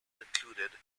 included